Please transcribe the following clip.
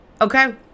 Okay